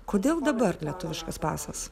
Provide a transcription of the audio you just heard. kodėl dabar lietuviškas pasas